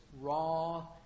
raw